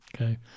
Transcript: Okay